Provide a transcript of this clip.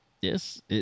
Yes